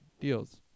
deals